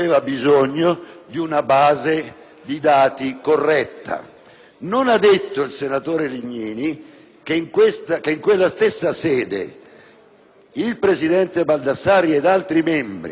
Non ha detto, però, il senatore Legnini che, in quella stessa sede, il presidente Baldassarri ed altri membri, contrariamente alle reiterate richieste del senatore Lusi,